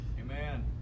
Amen